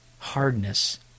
hardness